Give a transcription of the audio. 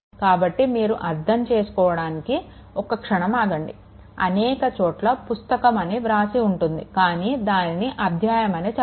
కాబట్టి మీరు అర్థం చేసుకోవడానికి ఒక క్షణం ఆగండి అనేక చోట్ల పుస్తకం అని వ్రాసి ఉంటుంది కాని దానిని అధ్యాయం అని చదవండి